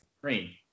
green